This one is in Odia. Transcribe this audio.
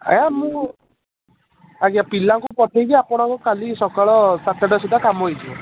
ହେ ମୁଁ ଆଜ୍ଞା ପିଲାଙ୍କୁ ପଠେଇକି ଆପଣଙ୍କୁ କାଲି ସକାଳ ସାତଟା ସୁଦ୍ଧା କାମ ହେଇଯିବ